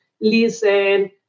listen